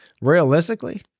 Realistically